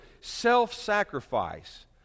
self-sacrifice